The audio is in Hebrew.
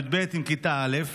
י"ב עם כיתה א'.